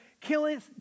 killing